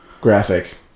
graphic